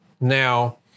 Now